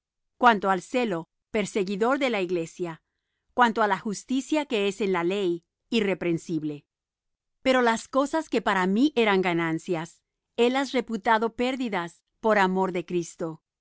cuanto al celo perseguidor de la iglesia cuanto á la justicia que es en la ley irreprensible pero las cosas que para mí eran ganancias helas reputado pérdidas por amor de cristo